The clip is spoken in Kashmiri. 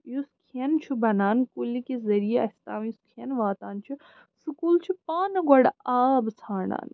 یُس کھیٚن چھُ بَنان کُل کہِ ذٔریعہٕ اسہِ تام یُس کھیٚن واتان چھُ سُہ کُل چھُ پانہٕ گۄڈٕ آب ژھانٛڈان